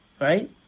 right